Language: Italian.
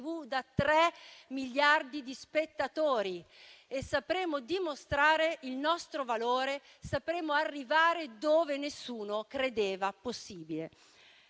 da tre miliardi di spettatori e sapremo dimostrare il nostro valore, sapremo arrivare dove nessuno credeva possibile.